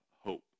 hope